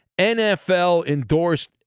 NFL-endorsed